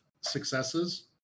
successes